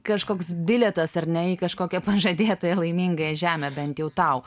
kažkoks bilietas ar ne į kažkokią pažadėtąją laimingąją žemę bent jau tau